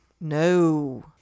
No